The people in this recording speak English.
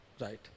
Right